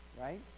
Right